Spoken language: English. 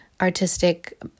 artistic